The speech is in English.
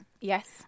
Yes